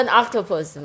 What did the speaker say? octopus